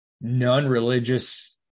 non-religious